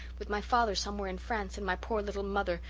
with my father somewhere in france and my poor little mother,